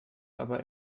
aber